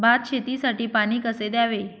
भात शेतीसाठी पाणी कसे द्यावे?